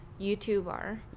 YouTuber